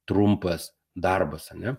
trumpas darbas ar ne